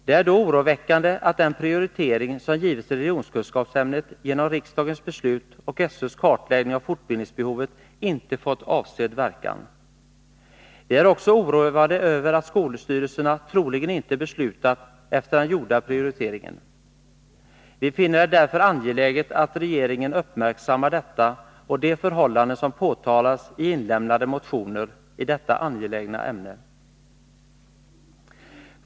Det är då oroväckande att den prioritering som givits religionskunskapsämnet genom riksdagens beslut och SÖ:s kartläggning av fortbildningsbehovet inte fått avsedd verkan. Vi är också oroade över att skolstyrelserna troligen inte beslutat efter den gjorda prioriteringen. Vi finner det därför angeläget att regeringen uppmärksammar detta och de förhållanden som påtalats i inlämnade motioner i detta angelägna ämne.